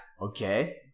Okay